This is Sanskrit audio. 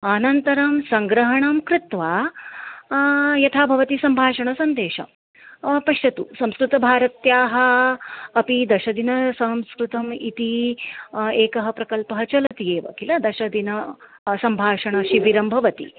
अनन्तरं सङ्ग्रहणं कृत्वा यथा भवति सम्भाषणसन्देशं पश्यतु संस्कृतभारत्याः अपि दशदिनं संस्कृतम् इति एकः प्रकल्पः चलति एव किल दशदिनं सम्भाषणशिबिरं भवति